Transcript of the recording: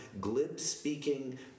glib-speaking